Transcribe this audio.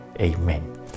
Amen